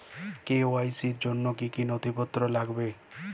KYC র জন্য কি কি নথিপত্র লাগবে?